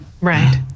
Right